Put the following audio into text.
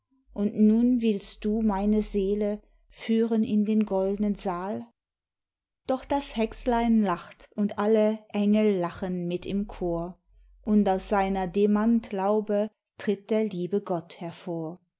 und nun willst du meine seele führen in den goldnen saal doch das hexlein lacht und alle engel lachen mit im chor und aus seiner demantlaube tritt der liebe gott hervor